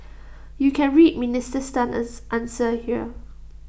you can read Minister Tan's answer here